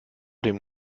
dem